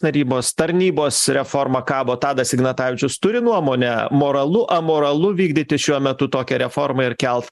tarybos tarnybos reformą kabo tadas ignatavičius turi nuomonę moralu amoralu vykdyti šiuo metu tokią reformą ir kelt